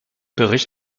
bericht